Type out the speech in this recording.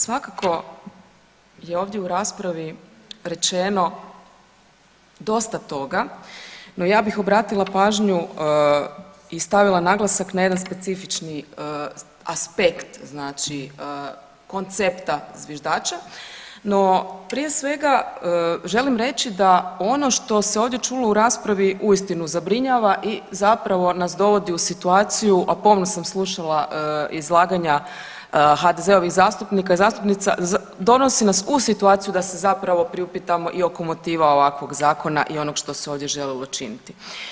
Svakako je ovdje u raspravi rečeno dosta toga, no ja bih obratila pažnju i stavila naglasak na jedan specifični aspekt koncepta zviždača, no prije svega želim reći da ono što se ovdje čulo u raspravi uistinu zabrinjava i zapravo nas dovodi u situaciju, a pomno sam slušala izlaganja HDZ-ovih zastupnika i zastupnica donosi nas u situaciju da se zapravo priupitamo i oko motiva ovakvog zakona i onog što se ovdje željelo učiniti.